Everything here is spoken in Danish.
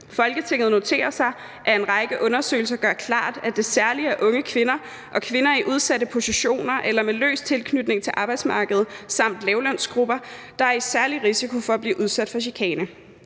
Folketinget noterer sig, at en række undersøgelser gør klart, at det særligt er unge kvinder og kvinder i udsatte positioner eller med løs tilknytning til arbejdsmarkedet samt lavtlønsgrupper, der er i særlig risiko for at blive udsat for chikane.